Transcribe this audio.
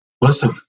listen